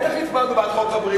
בטח הצבענו בעד חוק הבריאות.